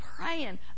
praying